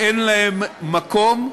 אין להן מקום,